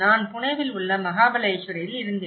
நான் புனேவில் உள்ள மகாபலேஷ்வரில் இருந்தேன்